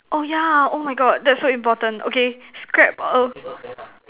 oh yeah oh my God that's so important okay scrap